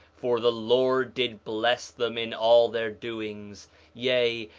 for the lord did bless them in all their doings yea,